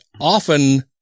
often